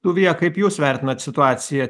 tuvija kaip jūs vertinat situaciją